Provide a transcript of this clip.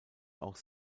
auch